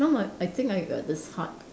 now I I think got this heart